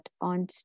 on